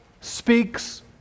speaks